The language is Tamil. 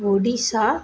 ஒடிஷா